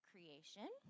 creation